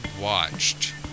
watched